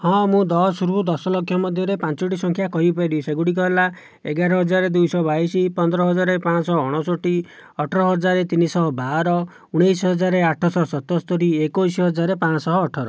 ହଁ ମୁଁ ଦଶରୁ ଦଶଲକ୍ଷ ମଧ୍ୟରେ ପାଞ୍ଚୋଟି ସଂଖ୍ୟା କହିପାରିବି ସେଗୁଡ଼ିକ ହେଲା ଏଗାର ହଜାର ଦୁଇ ଶହ ବାଇଶ ପନ୍ଦର ହଜାର ପାଞ୍ଚଶହ ଅଣଷଠି ଅଠର ହଜାର ତିନି ଶହ ବାର ଉଣାଇଶ ହଜାର ଆଠ ଶହ ସତସ୍ତରି ଏକୋଇଶ ହଜାର ପାଞ୍ଚଶହ ଅଠର